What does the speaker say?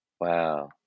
Wow